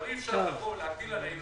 אבל אי אפשר להטיל עלינו